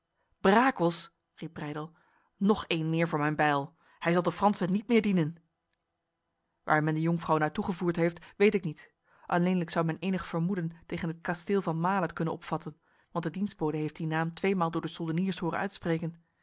brakels riep breydel nog een meer voor mijn bijl hij zal de fransen niet meer dienen waar men de jonkvrouw naar toe gevoerd heeft weet ik niet alleenlijk zou men enig vermoeden tegen het kasteel van male kunnen opvatten want de dienstbode heeft die naam tweemaal door de soldeniers horen uitspreken